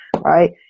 right